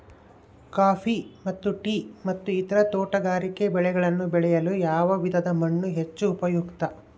Coffee ಮತ್ತು tea ಮತ್ತು ಇತರ ತೋಟಗಾರಿಕೆ ಬೆಳೆಗಳನ್ನು ಬೆಳೆಯಲು ಯಾವ ವಿಧದ ಮಣ್ಣು ಹೆಚ್ಚು ಉಪಯುಕ್ತ?